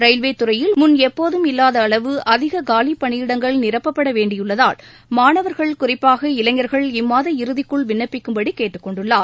ரயில்வேத்துறையில் முன் எப்போதும் இல்லாத அளவு அதிக காலிப்பணியிடங்கள் நிரப்பப்பட வேண்டியுள்ளதால் மாணவர்கள் குறிப்பாக இளைஞர்கள் இம்மாத இறுதிக்குள் விண்ணப்பிக்கும்படி கேட்டுக்கொண்டுள்ளார்